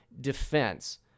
defense